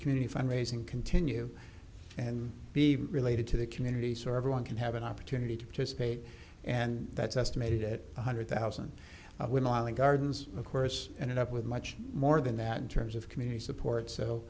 community fund raising continue and be related to the community service one can have an opportunity to participate and that's estimated at one hundred thousand when i leave gardens of course ended up with much more than that in terms of community support so